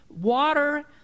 Water